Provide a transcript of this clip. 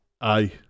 aye